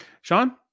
sean